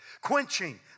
Quenching